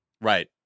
Right